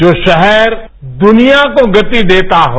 जो शहर दुनिया को गति देता हो